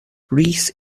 rhys